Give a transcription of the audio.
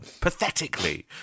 pathetically